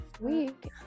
week